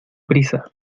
prisa